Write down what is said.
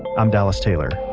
i'm dallas taylor.